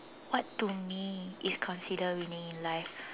what to mean is considered winning in your life